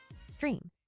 Stream